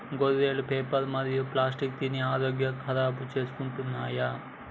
గొర్రెలు పేపరు మరియు ప్లాస్టిక్ తిని ఆరోగ్యం ఖరాబ్ చేసుకుంటున్నయ్